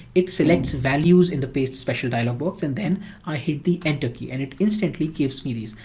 it selects values in the paste special dialogue box and then i hit the enter key and it instantly gives me these.